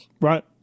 Right